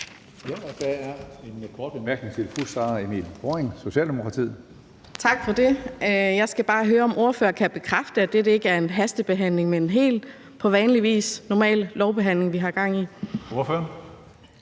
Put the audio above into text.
Jeg skal bare høre, om ordføreren kan bekræfte, at dette ikke er en hastebehandling, men en helt normal lovbehandling, som vi på vanlig